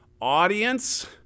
audience